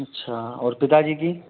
अच्छा और पिताजी की